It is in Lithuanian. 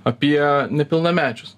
apie nepilnamečius